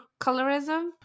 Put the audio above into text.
colorism